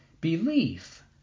Belief